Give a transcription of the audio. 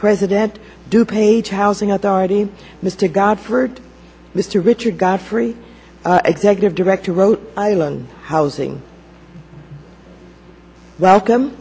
president do page housing authority mr god for mr richard godfrey executive director wrote island housing welcome